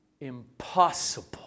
Impossible